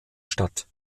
statt